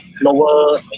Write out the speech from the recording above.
lower